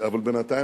אבל בינתיים,